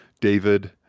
David